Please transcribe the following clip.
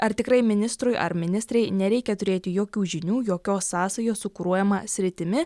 ar tikrai ministrui ar ministrei nereikia turėti jokių žinių jokios sąsajos su kuruojama sritimi